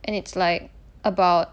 and it's like about